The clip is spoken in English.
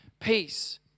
Peace